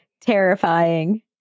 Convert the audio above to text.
terrifying